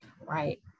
right